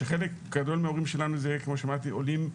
שחלק גדול מההורים שלנו זה כמו שאמרתי עולים,